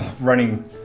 Running